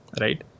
right